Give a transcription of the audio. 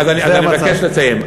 אז אני מבקש לסיים.